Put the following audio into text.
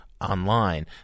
online